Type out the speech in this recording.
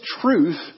truth